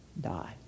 die